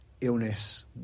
illness